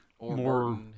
more